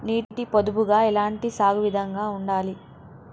నీటి పొదుపుగా ఎలాంటి సాగు విధంగా ఉండాలి?